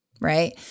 right